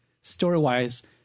story-wise